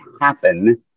happen